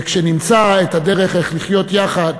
וכשנמצא את הדרך איך לחיות יחד,